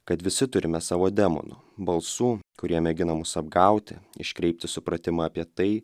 kad visi turime savo demonų balsų kurie mėgina mus apgauti iškreipti supratimą apie tai